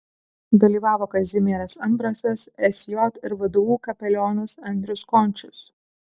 dalyvavo kazimieras ambrasas sj ir vdu kapelionas andrius končius